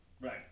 Right